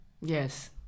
Yes